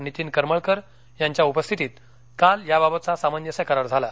नितीन करमळकरयांच्या उपस्थितीत काल याबाबतचा सामंजस्य करार झाला